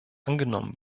angenommen